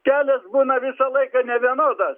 kelias būna visą laiką nevienodas